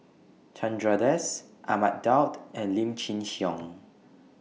Chandra Das Ahmad Daud and Lim Chin Siong